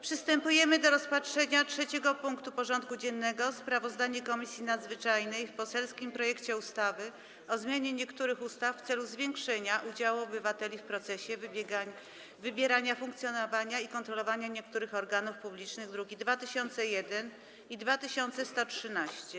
Przystępujemy do rozpatrzenia punktu 3. porządku dziennego: Sprawozdanie Komisji Nadzwyczajnej o poselskim projekcie ustawy o zmianie niektórych ustaw w celu zwiększenia udziału obywateli w procesie wybierania, funkcjonowania i kontrolowania niektórych organów publicznych (druki nr 2001 i 2113)